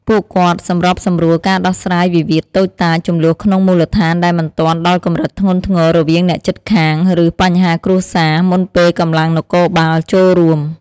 ពួកគាត់សម្របសម្រួលការដោះស្រាយវិវាទតូចតាច ជម្លោះក្នុងមូលដ្ឋានដែលមិនទាន់ដល់កម្រិតធ្ងន់ធ្ងរ រវាងអ្នកជិតខាង ឬបញ្ហាគ្រួសារ មុនពេលកម្លាំងនគរបាលចូលរួម។